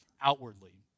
outwardly